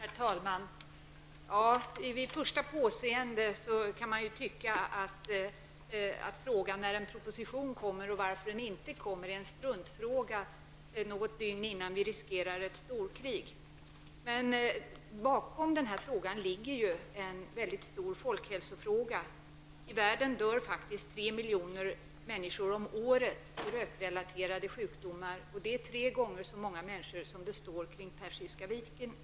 Herr talman! Vid första påseende kan man tycka att frågan när en proposition kommer eller varför den inte kommer är en struntfråga något dygn innan vi riskerar ett storkrig. Bakom ligger ändå en väldigt stor folkhälsofråga. I världen dör faktiskt 3 miljoner människor om året i rökrelaterade sjukdomar. Det är tre gånger så många människor som det i dag står vid Persiska viken.